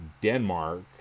Denmark